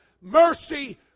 Mercy